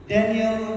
Daniel